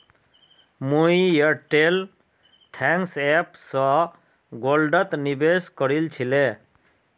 मुई Airtel Thanks app स गोल्डत निवेश करील छिले